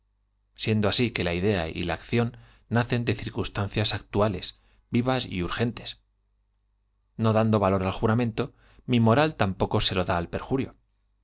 siendo así la idea y la acción tros actos que circunstancias actuales vivas y urgentes nacen de mi moral tampoco se lo no dando valor al